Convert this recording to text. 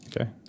Okay